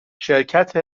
شرکت